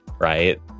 right